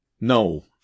No